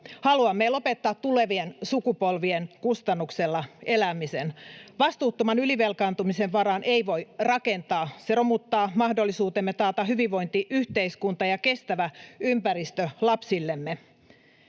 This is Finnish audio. haluamme lopettaa tulevien sukupolvien kustannuksella elämisen. Vastuuttoman ylivelkaantumisen varaan ei voi rakentaa. Se romuttaa mahdollisuutemme taata hyvinvointiyhteiskunta ja kestävä ympäristö lapsillemme.